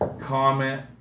Comment